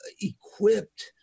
equipped